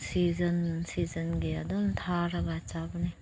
season ꯁꯤꯖꯟꯒꯤ ꯑꯗꯨꯝ ꯊꯥꯔꯒ ꯆꯥꯕꯅꯦ